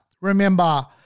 Remember